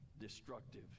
destructive